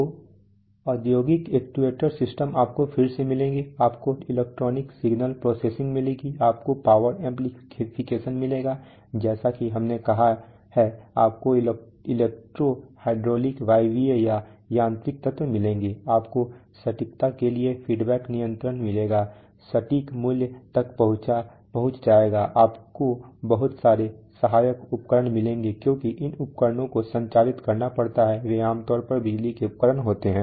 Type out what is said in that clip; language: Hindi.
तो औद्योगिक एक्चुएटर सिस्टम आपको फिर से मिलेंगे आपको इलेक्ट्रॉनिक सिग्नल प्रोसेसिंग मिलेगी आपको पावर एम्पलीफिकेशन मिलेगा जैसा कि हमने कहा है आपको इलेक्ट्रो हाइड्रोलिक वायवीय या यांत्रिक तत्व मिलेंगे आपको सटीकता के लिए फीडबैक नियंत्रण मिलेगा सटीक मूल्य तक पहुंच जाएगा आपको बहुत सारे सहायक उपकरण मिलेंगे क्योंकि इन उपकरणों को संचालित करना पड़ता है वे आम तौर पर बिजली के उपकरण होते हैं